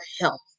health